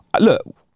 Look